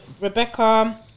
Rebecca